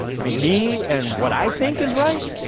i mean, me and what i think is right?